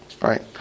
right